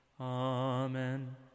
Amen